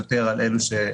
יותר על אלה שזכאים.